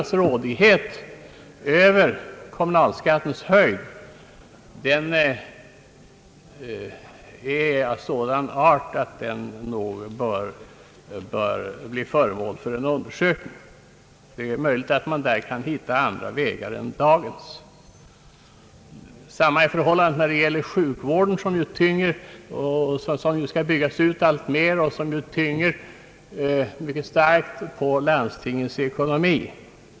avgöra kommunalskattens höjd är av sådan art att den nog bör bli föremål för en undersökning. Det är möjligt att man där kan hitta andra vägar än dagens. Samma förhållande gäller beträffande sjukvården, som ju alltmer skall byggas ut och som mycket starkt tynger langstingens ekonomi.